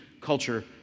culture